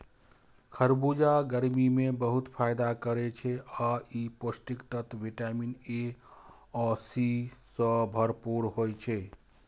खरबूजा गर्मी मे बहुत फायदा करै छै आ ई पौष्टिक तत्व विटामिन ए आ सी सं भरपूर होइ छै